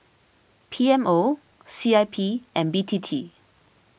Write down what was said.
P M O C I P and B T T